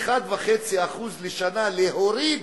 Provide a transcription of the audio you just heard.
להוריד 1.5% לשנה, להוריד